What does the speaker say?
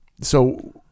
so-